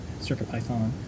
CircuitPython